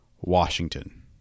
Washington